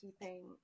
keeping